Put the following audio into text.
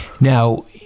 Now